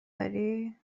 داری